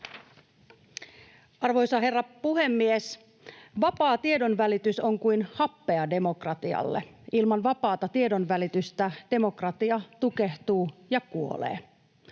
Arvoisa herra puhemies! Vapaa tiedonvälitys on kuin happea demokratialle. Ilman vapaata tiedonvälitystä demokratia tukehtuu ja kuolee.